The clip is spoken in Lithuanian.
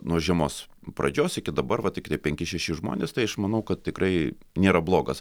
nuo žiemos pradžios iki dabar va tiktai penki šeši žmonės tai aš manau kad tikrai nėra blogas